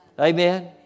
Amen